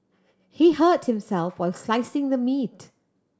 he hurt himself while slicing the meat